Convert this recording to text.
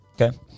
Okay